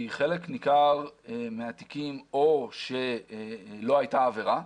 כי חלק ניכר מהתיקים או שלא הייתה עבירה,